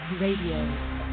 radio